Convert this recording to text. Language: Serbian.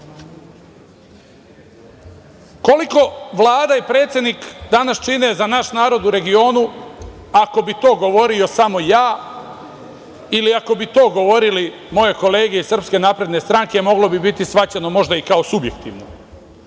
ljudi. Koliko Vlada i predsednik danas čine za naš narod u regionu ako bi to govorio samo ja ili ako bi to govorili moje kolege iz SNS, moglo bi biti shvaćeno možda i kao subjektivno.